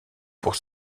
pour